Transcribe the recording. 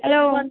hello